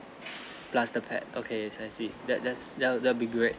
plus the pet okay I see that that's that will be great